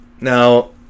Now